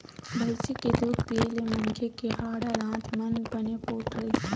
भइसी के दूद पीए ले मनखे के हाड़ा, दांत मन बने पोठ रहिथे